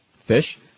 Fish